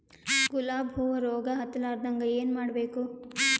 ಗುಲಾಬ್ ಹೂವು ರೋಗ ಹತ್ತಲಾರದಂಗ ಏನು ಮಾಡಬೇಕು?